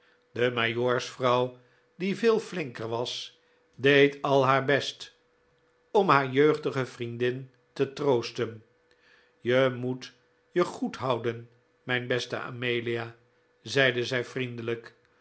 de majoorsvrouw die veel flinker was deed al haar best om haar jeugdige viendin te troosten je moet je goed houden mijn beste amelia zeide zij vriendelijk